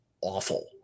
awful